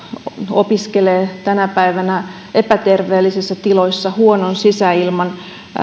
opiskelee tänä päivänä epäterveellisissä tiloissa huonon sisäilman